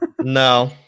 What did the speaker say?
No